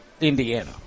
Indiana